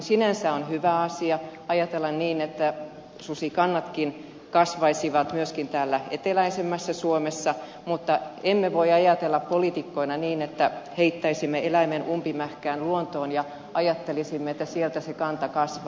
sinänsä on hyvä asia ajatella niin että susikannatkin kasvaisivat myöskin täällä eteläisemmässä suomessa mutta emme voi ajatella poliitikkoina niin että heittäisimme eläimen umpimähkään luontoon ja ajattelisimme että sieltä se kanta kasvaa